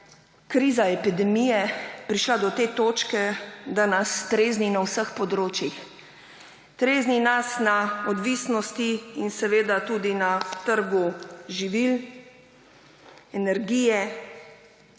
kriza epidemije prišla do te točke, da nas strezni na vseh področjih. Trezni nas na odvisnosti – in seveda tudi na trgu živil – energije.